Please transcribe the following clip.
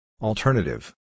Alternative